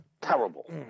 Terrible